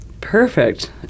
Perfect